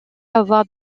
avoir